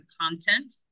content